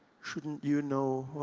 shouldn't you know